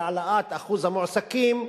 בהעלאת אחוז המועסקים,